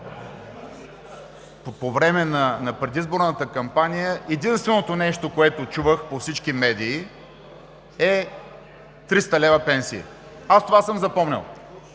по време на предизборната кампания единственото нещо, което чувах по всички медии, беше 300 лв. пенсия. Аз това съм запомнил!